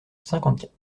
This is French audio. cinquante